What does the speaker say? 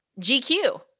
GQ